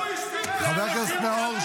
--- חבר הכנסת יוראי.